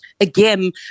again